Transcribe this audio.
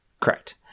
Correct